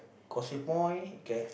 Causeway-Point can